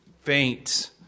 faint